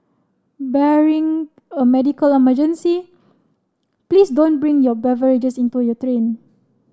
barring a medical emergency please don't bring your beverages into your train